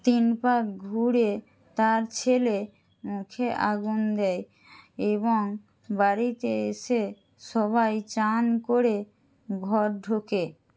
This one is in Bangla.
তিন পাক ঘুরে তার ছেলে মুখে আগুন দেয় এবং বাড়িতে এসে সবাই স্নান করে ঘর ঢোকে